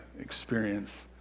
experience